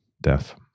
death